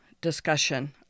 discussion